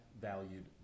valued